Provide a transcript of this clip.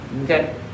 Okay